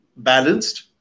balanced